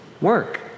work